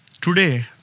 Today